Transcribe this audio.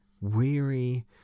weary